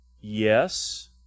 Yes